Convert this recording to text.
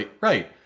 right